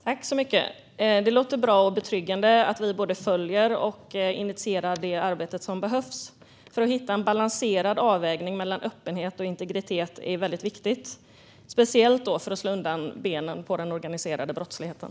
Herr talman! Det låter bra och betryggande att man både följer och initierar det arbete som behövs, för det är väldigt viktigt att hitta en balanserad avvägning mellan öppenhet och integritet - speciellt för att slå undan benen för den organiserade brottsligheten.